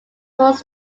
was